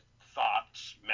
thoughts